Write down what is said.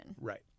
Right